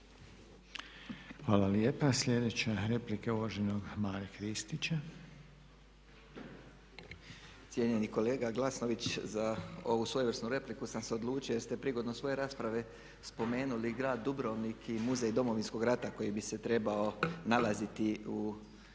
Hvala lijepa. Sljedeća replika je uvaženog Mare Kristića. **Kristić, Maro (MOST)** Cijenjeni kolega Glasnović za ovu svojevrsnu repliku sam se odlučio jer ste prigodom svoje rasprave spomenuli grad Dubrovnik i Muzej Domovinskog rata koji bi se trebao nalaziti u središnjoj